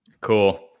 Cool